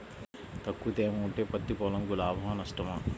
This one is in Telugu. తక్కువ తేమ ఉంటే పత్తి పొలంకు లాభమా? నష్టమా?